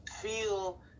feel